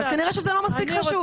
כנראה שזה לא מספיק חשוב.